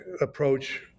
approach